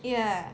ya